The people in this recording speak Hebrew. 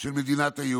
של מדינת היהודים.